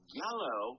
yellow